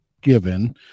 given